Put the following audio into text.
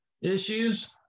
issues